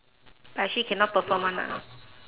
but actually cannot perform [one] ah